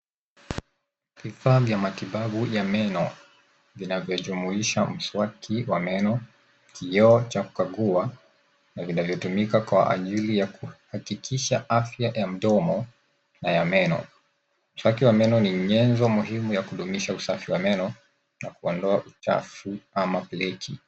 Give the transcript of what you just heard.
Vifaa vya matibabu ya meno vinavyojumuisha mswaki wa meno, kioo cha kukagua na vinavyotumika kwa ajili ya kuhakikisha afya ya mdomo na ya meno. Mswaki wa meno ni nyenzo muhimu ya kudumisha usafi wa meno na kuondoa uchafu ama plaque .